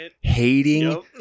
Hating